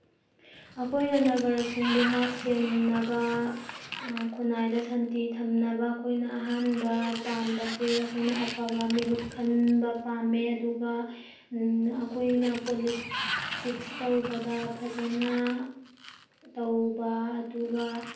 ꯑꯩꯈꯣꯏꯅ ꯅꯥꯒꯔꯤꯛꯁꯤꯡꯕꯨ ꯉꯥꯛ ꯁꯦꯟꯅꯕ ꯈꯨꯟꯅꯥꯏꯗ ꯁꯥꯟꯇꯤ ꯊꯝꯅꯕ ꯑꯩꯈꯣꯏꯅ ꯑꯍꯥꯟꯕ ꯄꯥꯝꯕꯁꯦ ꯑꯩꯈꯣꯏꯅ ꯑꯐꯕ ꯃꯤꯍꯨꯠ ꯈꯟꯕ ꯄꯥꯝꯃꯦ ꯑꯗꯨꯒ ꯑꯩꯈꯣꯏꯅ ꯄꯣꯂꯤꯇꯤꯛꯁ ꯇꯧꯕꯗ ꯐꯖꯅ ꯇꯧꯕ ꯑꯗꯨꯒ